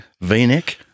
V-neck